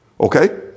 okay